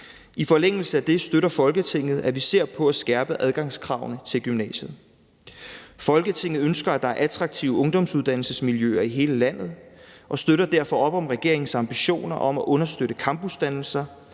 I forlængelse af det støtter Folketinget, at vi ser på at skærpe adgangskravene til gymnasiet. Folketinget ønsker, at der er attraktive ungdomsuddannelsesmiljøer i hele landet og støtter derfor op om regeringens ambitioner om at understøtte campusdannelser